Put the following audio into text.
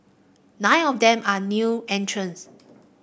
nine of them are new entrants